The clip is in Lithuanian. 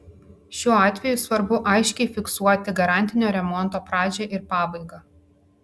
šiuo atveju svarbu aiškiai fiksuoti garantinio remonto pradžią ir pabaigą